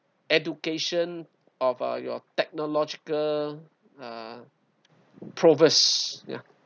education of uh your technological uh provers ya